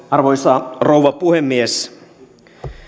arvoisa rouva puhemies